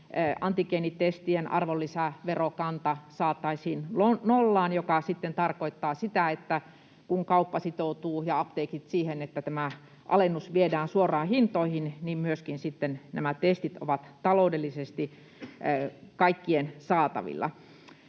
antigeenitestien arvonlisäverokanta saataisiin nollaan, mikä tarkoittaa sitä, että kun kauppa ja apteekit sitoutuvat siihen, että tämä alennus viedään suoraan hintoihin, niin nämä testit ovat sitten taloudellisesti kaikkien saatavilla.